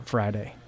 Friday